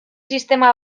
sistema